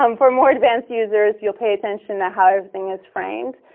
um for more advanced users, you'll pay attention to how everything is framed,